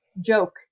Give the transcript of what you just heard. joke